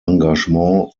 engagement